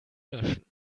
löschen